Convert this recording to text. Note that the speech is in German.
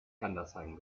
gandersheim